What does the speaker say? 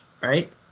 right